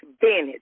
Bennett